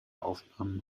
aufnahm